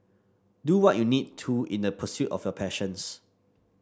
do what you need to in the pursuit of your passions